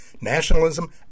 nationalism